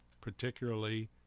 particularly